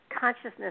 consciousness